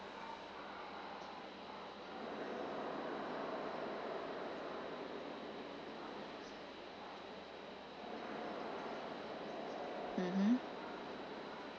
mmhmm